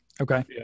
Okay